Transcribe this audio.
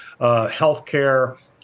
healthcare